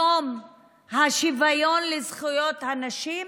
יום השוויון לזכויות הנשים,